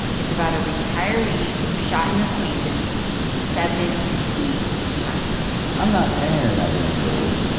it's about a retiree who shot an acquaintance seventeen times i'm not saying that i didn't do it.